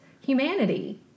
humanity